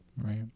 Right